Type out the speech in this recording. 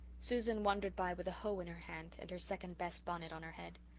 susan wandered by with a hoe in her hand and her second best bonnet on her head.